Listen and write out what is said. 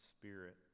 spirit